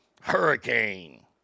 Hurricane